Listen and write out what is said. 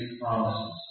promises